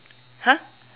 !huh!